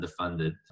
underfunded